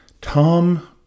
Tom